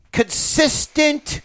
consistent